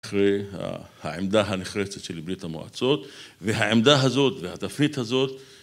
אחרי העמדה הנחרצת של ברית המועצות והעמדה הזאת והתפנית הזאת